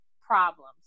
problems